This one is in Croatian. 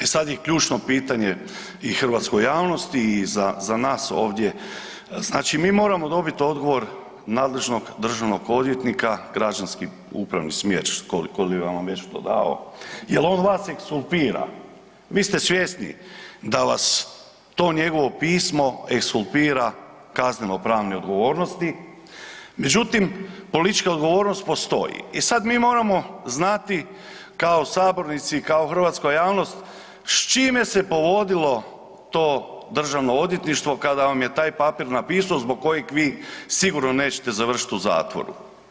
E sad je ključno pitanje i hrvatskoj javnosti i za nas ovdje, znači mi moramo dobiti odgovor nadležnog državnog odvjetnika, građanski upravni smjer koji vam je već to dao, jel on vas ekskulpira, vi ste svjesni da vas to njegovo pismo ekskulpira kazneno pravne odgovornosti, međutim politička odgovornost postoji i sad mi moramo znati kao sabornici kao hrvatska javnost s čime se povodilo to Državno odvjetništvo kada vam je taj papir napisao zbog kojeg vi sigurno nećete završiti u zatvoru.